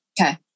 Okay